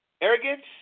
Arrogance